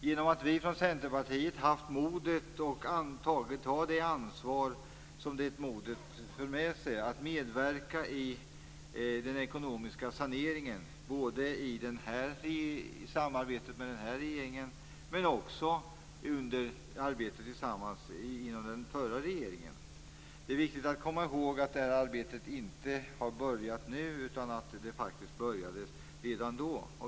Genom att vi i Centerpartiet haft modet att ta det ansvar som det modet för med sig kan vi medverka i den ekonomiska saneringen både i samarbete med den nuvarande regeringen och under arbetet tillsammans med den förra. Det är viktigt att komma ihåg att det här arbetet inte har börjat nu utan faktiskt började redan då.